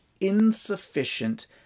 insufficient